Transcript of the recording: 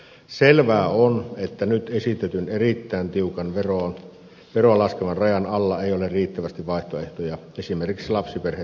selvää on että nyt esitetyn erittäin tiukan veroa laskevan rajan alla ei ole riittävästi vaihtoehtoja esimerkiksi lapsiperheitten tarpeisiin